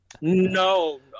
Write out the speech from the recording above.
No